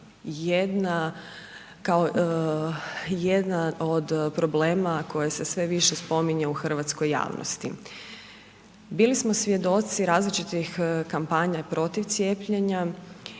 jedan od problema koji se sve više spominje u hrvatskoj javnosti. Bili smo svjedoci različitih kampanja protiv cijepljenja